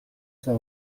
цай